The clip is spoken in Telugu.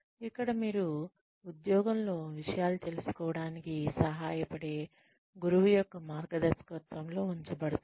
ఇక్కడ మీరు ఉద్యోగంలో విషయాలు తెలుసుకోవడానికి సహాయపడే గురువు యొక్క మార్గదర్శకత్వంలో ఉంచబడతారు